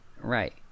Right